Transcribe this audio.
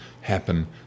happen